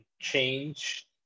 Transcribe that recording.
change